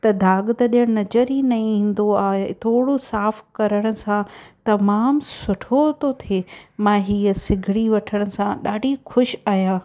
त दाग़ु त ॼणु नज़र ई न ईंदो आहे थोरो साफ़ु करण सां तमामु सुठो थो थिए मां हीअ सिगड़ी वठण सां ॾाढी ख़ुशि आहियां